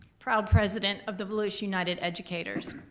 proud president of the lewis united educators.